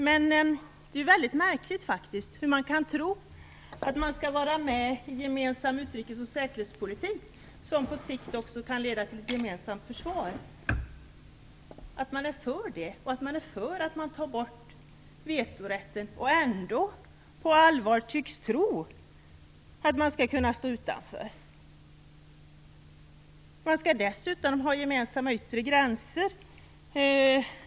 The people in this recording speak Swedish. Men det är faktiskt mycket märkligt att man är för deltagande i gemensam utrikes och säkerhetspolitik, som på sikt också kan leda till ett gemensamt försvar, att man är för att vetorätten tas bort och ändå på allvar tycks tro att man skall kunna stå utanför. Man skall dessutom ha gemensamma yttre gränser.